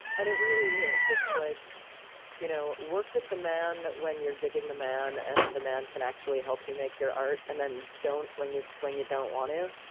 and it really is. it's like you know work with the man when you're digging the man and the man can actually help you make your art, and then don't when you when you don't want to.